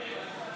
שמענו,